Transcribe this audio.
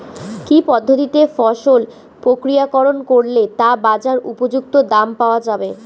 কি পদ্ধতিতে ফসল প্রক্রিয়াকরণ করলে তা বাজার উপযুক্ত দাম পাওয়া যাবে?